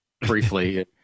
briefly